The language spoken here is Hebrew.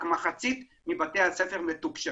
רק מחצית מבתי הספר מתוקשבים.